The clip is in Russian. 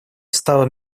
стала